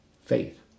faith